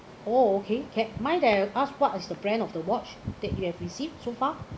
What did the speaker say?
oh okay ca~ mind that I ask what is the brand of the watch that you have received so far